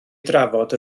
drafod